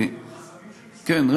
לא רק, גם חסמים של משרדים אחרים.